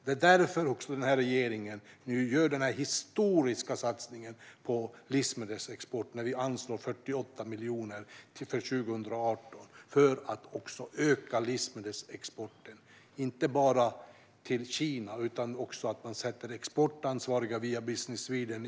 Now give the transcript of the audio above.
Det är också av detta skäl som regeringen gör den här historiska satsningen på livsmedelsexport. Vi anslår 48 miljoner för 2018 för att öka livsmedelsexporten. Den ökar inte bara till Kina, utan via Business Sweden sätter vi exportansvariga i Sydkorea och Japan.